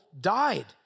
died